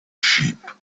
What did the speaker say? sheep